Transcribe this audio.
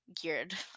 geared